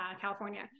California